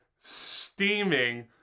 steaming